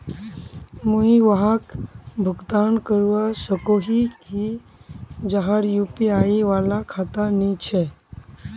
मुई वहाक भुगतान करवा सकोहो ही जहार यु.पी.आई वाला खाता नी छे?